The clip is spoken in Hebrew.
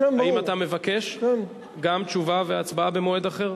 האם אתה מבקש גם תשובה והצבעה במועד אחר?